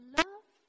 love